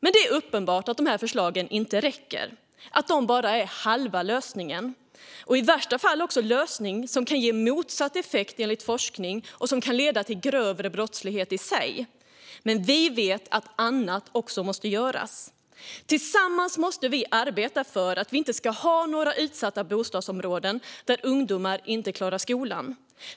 Det är uppenbart att dessa förslag inte räcker - att de bara är halva lösningen och i värsta fall en lösning som enligt forskning kan ge motsatt effekt och i sig leda till grövre brottslighet. Vi vet att annat också måste göras. Tillsammans måste vi arbeta för att vi inte ska ha några utsatta bostadsområden där ungdomar inte klarar skolan.